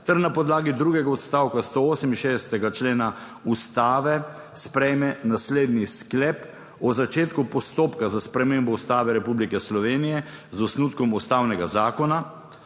ter na podlagi drugega odstavka 168. člena Ustave sprejme naslednji sklep o začetku postopka za spremembo Ustave Republike Slovenije z osnutkom Ustavnega zakona,